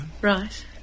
Right